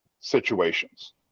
situations